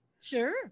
Sure